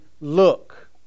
look